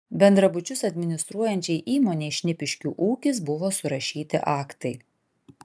bendrabučius administruojančiai įmonei šnipiškių ūkis buvo surašyti aktai